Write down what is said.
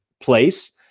place